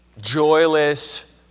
joyless